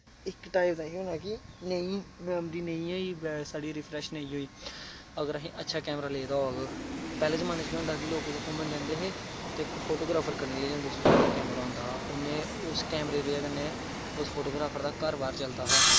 एह्दा एह् होना ऐ केह् नेईं मैमरी नेईं होई साढ़ी रिफ्रैश नेईं होई अगर असैं अच्छा कैमरा लेदा होग पैह्लें जमाने च केह् होंदा हा कि लोग कुतै घूमन जंदे हे ते इक फोटोग्राफर कन्नै लेइयै जंदे हे जेह्दे कोल कैमरा होंदा हा ते उ'नें उस कैमरे दी बजह कन्नै उस फोटोग्राफ्र दा घर बाह्र चलदा हा